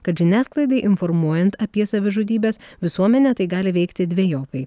kad žiniasklaidai informuojant apie savižudybes visuomenę tai gali veikti dvejopai